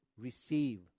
receive